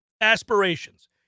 aspirations